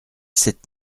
sept